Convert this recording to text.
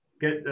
get